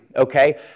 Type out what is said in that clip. okay